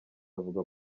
avuga